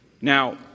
Now